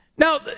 Now